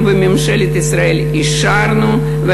אנחנו בממשלת ישראל אישרנו זאת,